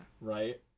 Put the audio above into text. right